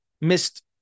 missed